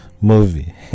movie